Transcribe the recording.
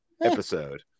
episode